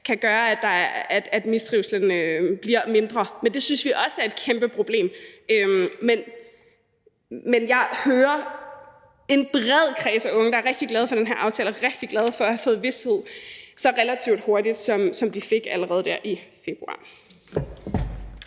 kan gøre, at mistrivslen bliver mindre. For det synes vi også er et kæmpe problem. Men jeg hører en bred kreds af unge, der er rigtig glade for den her aftale og rigtig glade for at have fået vished så relativt hurtigt, som de fik, allerede der i februar.